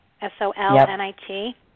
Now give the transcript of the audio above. S-O-L-N-I-T